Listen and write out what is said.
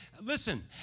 Listen